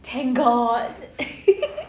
thank god